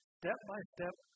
step-by-step